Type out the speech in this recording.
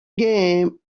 game